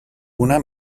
una